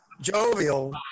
jovial